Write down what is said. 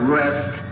rest